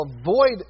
avoid